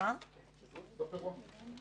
הישיבה ננעלה בשעה 09:40.